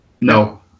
No